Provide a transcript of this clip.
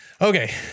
okay